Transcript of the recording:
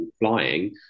flying